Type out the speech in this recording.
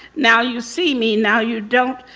now you see me, now you don't.